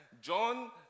John